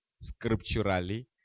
scripturally